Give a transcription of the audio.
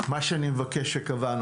קבענו